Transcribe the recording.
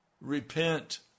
Repent